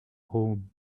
home